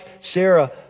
Sarah